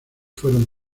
fueron